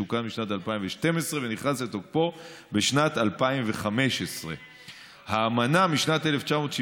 וזה תוקן בשנת 2012 ונכנס לתוקפו בשנת 2015. האמנה משנת 1976